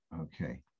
okay